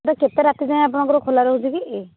ଏଇଟା କେତେ ରାତି ଯାଏଁ ଆପଣଙ୍କର ଖୋଲା ରହୁଛି କି